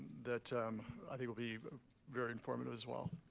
that i think will be very informative as well.